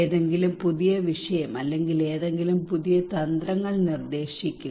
ഏതെങ്കിലും പുതിയ വിഷയം അല്ലെങ്കിൽ ഏതെങ്കിലും പുതിയ തന്ത്രങ്ങൾ നിർദ്ദേശിക്കുക